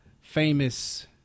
famous